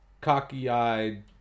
cocky-eyed